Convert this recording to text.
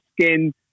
skin